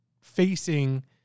facing